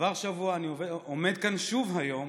עבר שבוע ואני עומד כאן שוב היום